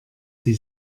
sie